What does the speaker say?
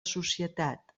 societat